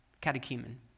catechumen